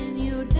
you